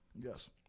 Yes